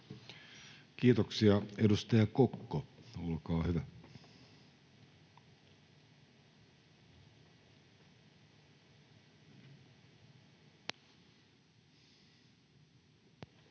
Kiitoksia. — Edustaja Kokko, olkaa hyvä.